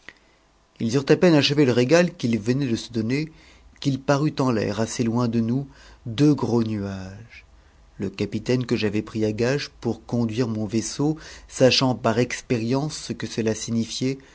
ils eurent à peine achevé le régal qu'ils venaient de se donner qu'il parut en l'air assez loin de nous deux gros nuages le capitaine que j'avais pris à gage pour conduire mon vaisseau sachant par expérience ce que cela signifiait